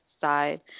side